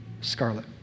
scarlet